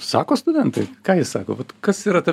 sako studentai ką jie sako vat kas yra ta